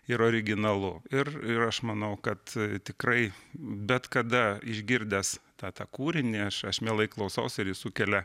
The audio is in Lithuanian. ir originalu ir ir aš manau kad tikrai bet kada išgirdęs tą tą kūrinį aš mielai klausausi ar jis sukelia